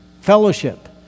fellowship